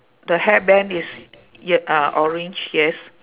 the hairband is ye~ ah orange yes